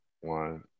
one